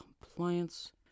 compliance